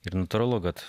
ir natūralu kad